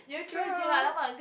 girl